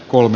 kolme